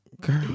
Girl